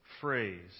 phrase